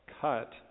cut